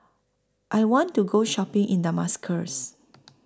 I want to Go Shopping in Damascus